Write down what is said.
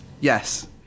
Yes